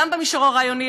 גם במישור הרעיוני,